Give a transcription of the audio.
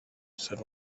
said